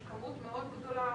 יש כמות מאוד גדולה,